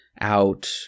out